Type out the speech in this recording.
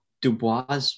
Dubois